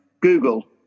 Google